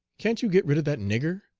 can't you get rid of that nigger?